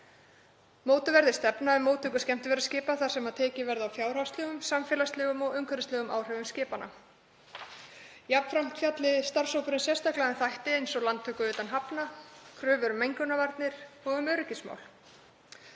Mótuð verði stefna um móttöku skemmtiferðaskipa þar sem tekið verði á fjárhagslegum, samfélagslegum og umhverfislegum áhrifum skipanna. Jafnframt fjalli starfshópurinn sérstaklega um þætti eins og landtöku utan hafna, kröfur um mengunarvarnir og um öryggismál.